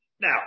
Now